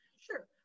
Sure